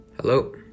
Hello